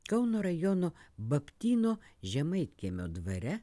kauno rajono baptyno žemaitkiemio dvare